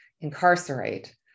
incarcerate